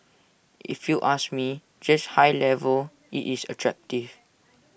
if you ask me just high level is IT attractive